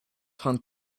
hunt